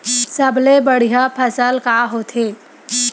सबले बढ़िया फसल का होथे?